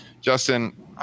justin